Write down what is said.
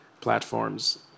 platforms